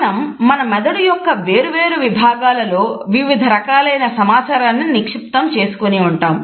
మనం మన మెదడు యొక్క వేరు వేరు విభాగాలలో వివిధ రకాలైన సమాచారాన్ని నిక్షిప్తం చేసుకొనిఉంటాము